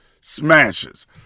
smashes